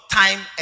time